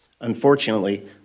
Unfortunately